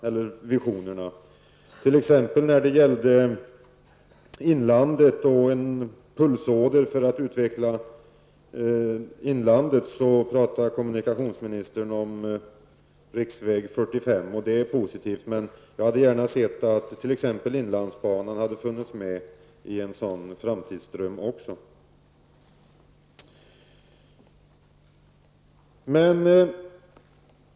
När det t.ex. gäller en pulsåder för att utveckla inlandet talar kommunikationsministern om riksväg 45. Det är positivt, men jag hade gärna sett att också inlandsbanan hade funnits med i en sådan framtidsdröm.